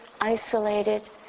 isolated